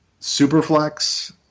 superflex